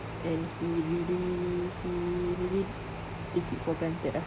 and he really he really take it for granted ah